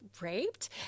raped